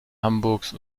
hamburgs